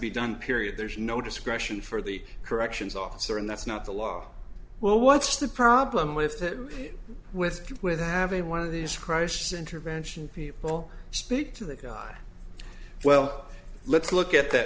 be done period there's no discretion for the corrections officer and that's not the law well what's the problem with that with you with having one of these crisis intervention people speak to the guy well let's look at th